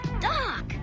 Doc